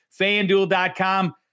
FanDuel.com